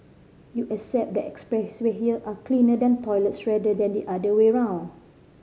you accept that expressway here are cleaner than toilets rather than the other way around